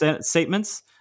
statements